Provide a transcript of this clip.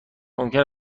ممکن